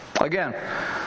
Again